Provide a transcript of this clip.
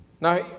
Now